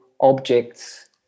objects